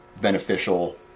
beneficial